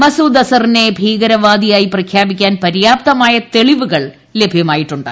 മസൂദ് അസ്ഹറിനെ ഭീകരവാദിയായി പ്രഖ്യാപിക്കാൻ പര്യാപ്തമായ തെളിവുകൾ ലഭ്യമായിട്ടുണ്ട്